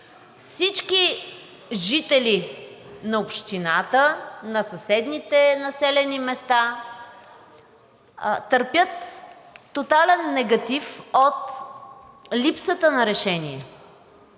всички жители на общината, на съседните населени места, търпят тотален негатив от липсата на решение.